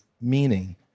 meaning